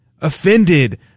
offended